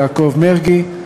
יעקב מרגי,